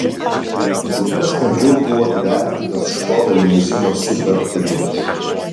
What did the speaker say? kur kas kandžiau buvo įvertintas škoda limuzino superb debiutas